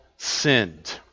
sinned